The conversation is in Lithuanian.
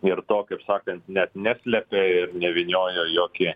ir to kaip sakant net neslėpė ir nevyniojo į jokį